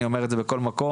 אני אומר את זה בכל מקום,